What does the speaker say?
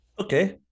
Okay